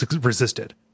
resisted